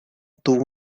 tuvo